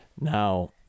Now